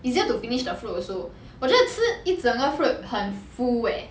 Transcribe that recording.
easier to finish the fruit also 我觉得吃一整个 fruit 很 full eh